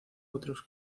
otros